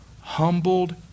humbled